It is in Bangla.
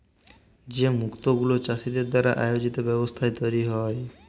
যে মুক্ত গুলা চাষীদের দ্বারা আয়জিত ব্যবস্থায় তৈরী হ্যয়